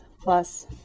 plus